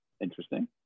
interesting